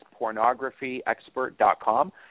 pornographyexpert.com